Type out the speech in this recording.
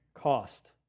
cost